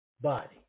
body